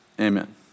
Amen